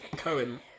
Cohen